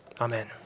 Amen